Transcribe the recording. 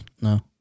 No